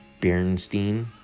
bernstein